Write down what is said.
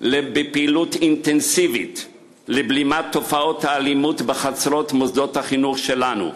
בפעילות אינטנסיבית לבלימת תופעות האלימות בחצרות מוסדות החינוך שלנו.